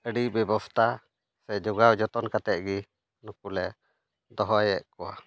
ᱟᱹᱰᱤ ᱵᱮᱵᱚᱥᱛᱷᱟ ᱥᱮ ᱡᱚᱜᱟᱣ ᱡᱚᱛᱚᱱ ᱠᱟᱛᱮᱫ ᱜᱮ ᱱᱩᱠᱩᱞᱮ ᱫᱚᱦᱚᱭᱮᱫ ᱠᱚᱣᱟ